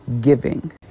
giving